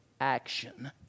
action